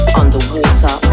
underwater